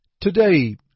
Today